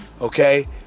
Okay